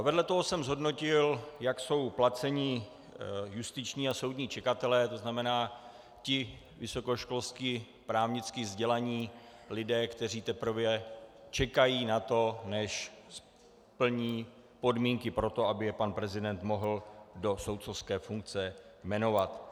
Vedle toho jsem zhodnotil, jak jsou placeni justiční a soudní čekatelé, to znamená, ti vysokoškolsky právnicky vzdělaní lidé, kteří teprve čekají na to, než splní podmínky pro to, aby je pan prezident mohl do soudcovské funkce jmenovat.